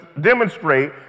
demonstrate